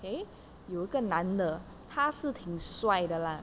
okay 有个男的他是挺帅的 lah